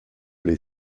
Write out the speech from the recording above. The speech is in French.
les